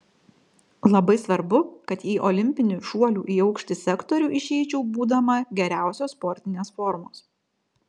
labai svarbu kad į olimpinį šuolių į aukštį sektorių išeičiau būdama geriausios sportinės formos